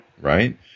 right